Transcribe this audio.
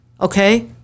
Okay